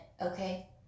okay